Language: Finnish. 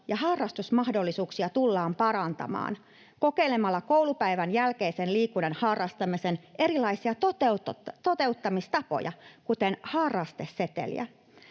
ja harrastusmahdollisuuksia tullaan parantamaan kokeilemalla koulupäivän jälkeisen liikunnan harrastamisen erilaisia toteuttamistapoja, kuten harrasteseteliä.